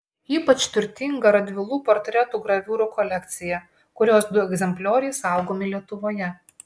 ypač turtinga radvilų portretų graviūrų kolekcija kurios du egzemplioriai saugomi lietuvoje